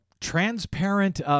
transparent